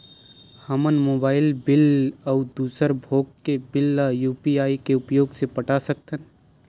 हमन mobile bill अउ दूसर भोग के बिल ला यू.पी.आई के उपयोग से पटा सकथन